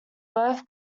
both